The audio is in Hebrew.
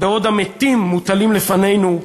בעוד המתים מוטלים לפנינו,